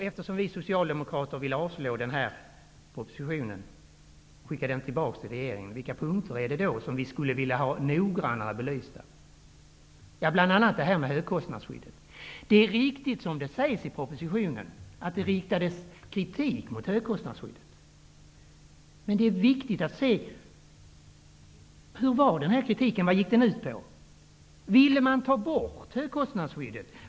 Eftersom vi socialdemokrater vill att riksdagen avslår propositionen och skickar den tillbaka till regeringen, vilka punkter är det då vi skulle vilja ha noggrannare belysta? Jo, en sådan punkt är högkostnadsskyddet. Det är riktigt som det sägs i propositionen, att det riktades kritik mot högkostnadsskyddet, men det är viktigt att se efter vad kritiken gick ut på. Ville man t.ex. ta bort högkostnadsskyddet?